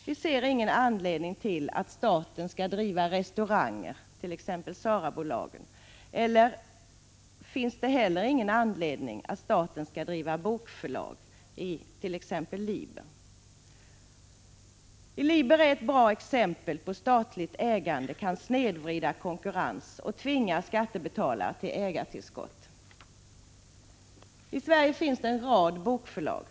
Vi ser ingen anledning till att staten skall driva restauranger, t.ex. SARA bolagen. Ej heller finns någon anledning att staten skall driva bokförlag, t.ex. Liber. Liber är ett bra exempel på att statligt ägande kan snedvrida konkurrens och tvinga skattebetalarna till ägartillskott. I Sverige finns en rad privata bokförlag.